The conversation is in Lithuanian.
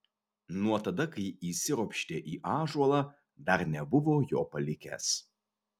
nuo tada kai įsiropštė į ąžuolą dar nebuvo jo palikęs